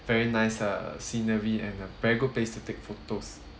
very nice uh scenery and a very good place to take photos